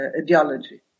ideology